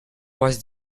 was